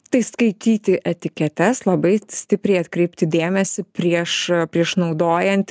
tai skaityti etiketes labai stipriai atkreipti dėmesį prieš prieš naudojant